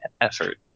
effort